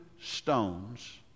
stones